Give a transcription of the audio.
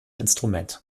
instrument